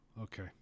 Okay